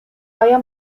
آیا